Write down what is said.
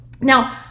now